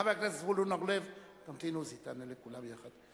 עוזי, תמתין, תענה לכולם יחד.